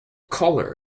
colour